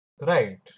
Right